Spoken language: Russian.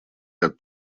ряд